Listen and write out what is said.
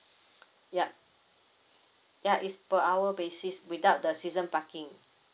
ya ya is per hour basis without the season parking